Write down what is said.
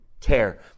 Tear